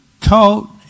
taught